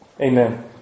Amen